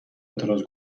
اعتراض